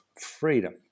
freedom